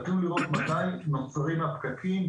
חשוב לראות מתי נוצרים הפקקים,